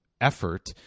effort